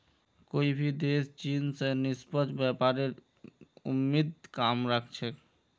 कोई भी देश चीन स निष्पक्ष व्यापारेर उम्मीद कम राख छेक